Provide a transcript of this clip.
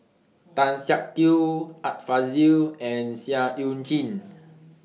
Tan Siak Kew Art Fazil and Seah EU Chin